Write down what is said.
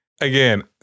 again